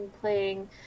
playing